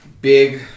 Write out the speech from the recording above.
Big